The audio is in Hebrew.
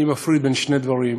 אני מפריד בין שני דברים.